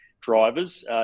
drivers